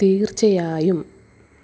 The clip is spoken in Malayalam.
തീർച്ചയായും